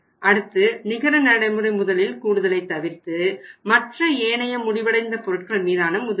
அடுத்து நிகர நடைமுறை முதலில் கூடுதலை தவிர்த்து மற்ற ஏனைய முடிவடைந்த பொருட்கள் மீதான முதலீடு